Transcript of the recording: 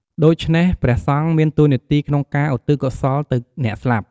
ដូច្នេះព្រះសង្ឃមានតួនាទីក្នុងការឧទ្ទិសកុសលទៅអ្នកស្លាប់។